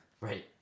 Right